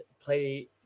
play